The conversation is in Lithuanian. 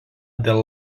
dėl